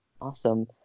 Awesome